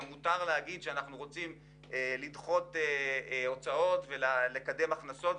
מותר גם להגיד שאנחנו רוצים לדחות הוצאות ולקדם הכנסות.